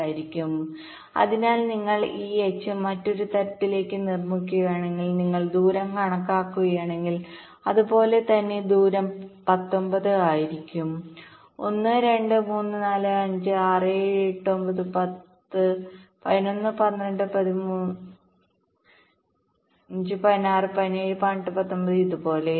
ആയിരിക്കും അതിനാൽ നിങ്ങൾ ഈ H മറ്റൊരു തലത്തിലേക്ക് നിർമ്മിക്കുകയാണെങ്കിൽ നിങ്ങൾ ദൂരം കണക്കാക്കുകയാണെങ്കിൽ അതുപോലെ തന്നെ ദൂരം 19 ആയിരിക്കും 1 2 3 4 5 6 7 8 9 10 11 12 15 16 17 18 19 ഇത് പോലെ